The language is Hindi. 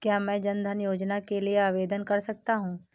क्या मैं जन धन योजना के लिए आवेदन कर सकता हूँ?